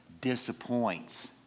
disappoints